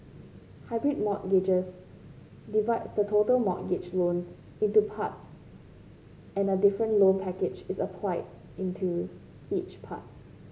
hybrid mortgages divides the total mortgage loan into parts and a different loan package is applied into each part